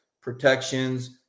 protections